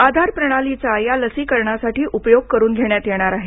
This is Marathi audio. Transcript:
आधार प्रणालीचा या लसीकरणासाठी उपयोग करून घेण्यात येणार आहे